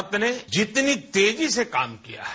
भारत ने जितनी तेजी से काम किया है